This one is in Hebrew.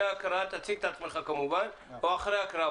תציג את עצמך לפני ההקראה או אחרי ההקראה,